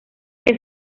que